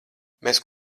mēs